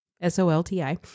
S-O-L-T-I